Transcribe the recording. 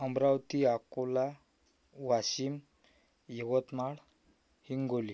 Amravati Akola Washim Yavatmal Hingoli